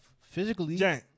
physically